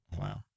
Wow